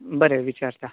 बरे विचारता